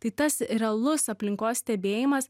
tai tas realus aplinkos stebėjimas